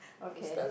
okay